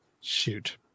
shoot